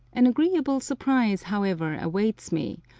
an agreeable surprise, however, awaits me,